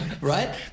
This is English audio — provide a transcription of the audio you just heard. right